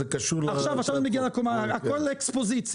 יכול להקים קומה כשרה לא רק החרדים.